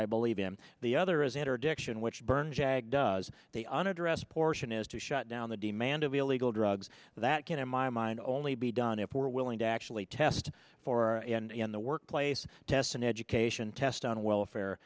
i believe in the other is interdiction which burn jag does the unaddressed portion is to shut down the demand of illegal drugs that can in my mind only be done if we're willing to actually test for and in the workplace test an education test on welfare